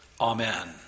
Amen